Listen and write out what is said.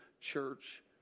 church